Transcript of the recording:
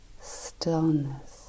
stillness